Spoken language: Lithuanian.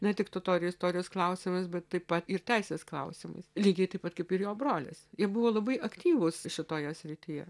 ne tik totorių istorijos klausimais bet taip pat ir teisės klausimais lygiai taip pat kaip ir jo brolis jie buvo labai aktyvūs šitoje srityje